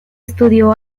estudió